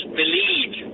believe